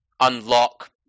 unlock